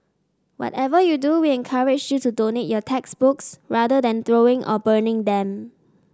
whatever you do we encourage you to donate your textbooks rather than throwing or burning them